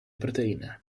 proteine